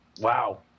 wow